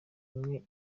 imwe